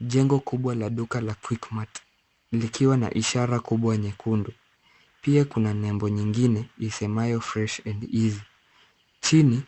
Jengo kubwa la duka la Quickmart likiwa na ishara kubwa nyekundu. Pia kuna nembo nyingine isemayo fresh and easy . Chini,